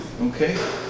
okay